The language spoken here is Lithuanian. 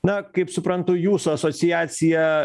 na kaip suprantu jūsų asociacija